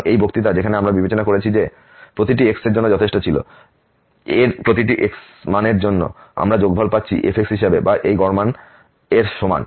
সুতরাং এই বক্তৃতা যেখানে আমরা বিবেচনা করেছি যে প্রতিটি x এর জন্য যথেষ্ট ছিল এর প্রতিটি x মান এর জন্য আমরা যোগফল পাচ্ছি f হিসাবে বা এই গড় মান এর সমান